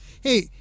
Hey